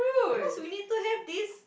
because we need to have this